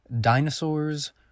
Dinosaurs